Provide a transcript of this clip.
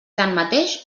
tanmateix